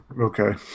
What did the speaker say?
Okay